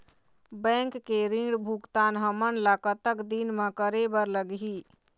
Bank के ऋण भुगतान हमन ला कतक दिन म करे बर लगही?